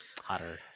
hotter